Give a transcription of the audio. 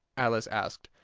alice asked.